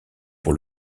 pour